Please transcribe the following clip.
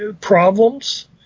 problems